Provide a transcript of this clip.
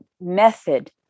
method